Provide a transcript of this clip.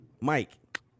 mike